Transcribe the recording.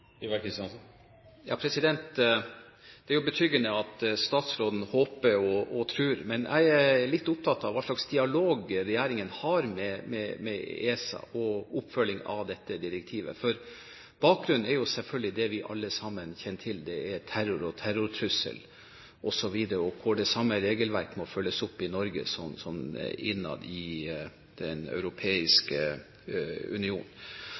Det er jo betryggende at statsråden håper og tror, men jeg er litt opptatt av hva slags dialog regjeringen har med ESA og oppfølgingen av dette direktivet. Bakgrunnen er selvfølgelig det vi alle sammen kjenner til. Det er terror og terrortrussel osv., hvor det samme regelverket må følges opp i Norge som innad i Den europeiske union.